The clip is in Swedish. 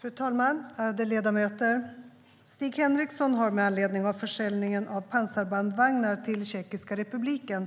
Fru talman och ärade ledamöter! Stig Henriksson har med anledning av försäljningen av pansarbandvagnar till Republiken Tjeckien